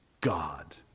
God